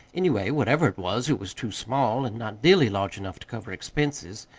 anyway, whatever it was, it was too small, and not nearly large enough to cover expenses.